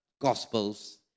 Gospels